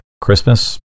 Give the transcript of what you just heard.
Christmas